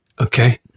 Okay